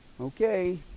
Okay